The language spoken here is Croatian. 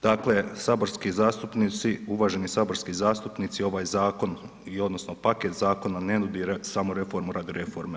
Dakle, saborski zastupnici, uvaženi saborski zastupnici ovaj Zakon i odnosno paket zakona ne nudi samo reformu radi reforme.